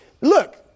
Look